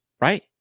right